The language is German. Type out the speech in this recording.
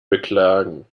beklagen